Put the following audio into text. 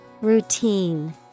Routine